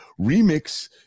remix